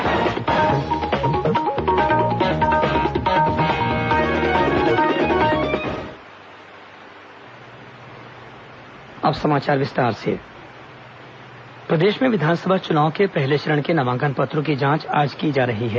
नामांकन पत्र जांच प्रदेश में विधानसभा चुनाव के पहले चरण के नामांकन पत्रों की जांच आज की जा रही है